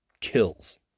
kills